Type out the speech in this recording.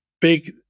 big